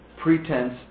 pretense